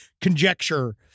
conjecture